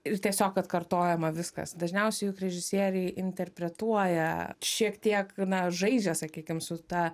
ir tiesiog atkartojama viskas dažniausiai režisieriai interpretuoja šiek tiek na žaidžia sakykim su ta